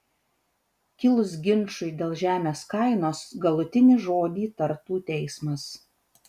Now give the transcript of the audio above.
kilus ginčui dėl žemės kainos galutinį žodį tartų teismas